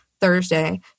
Thursday